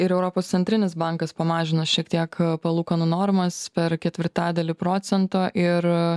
ir europos centrinis bankas pamažino šiek tiek palūkanų normas per ketvirtadalį procento ir